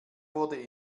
wurde